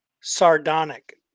Sardonic